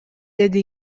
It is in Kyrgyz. деди